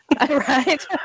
Right